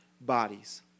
bodies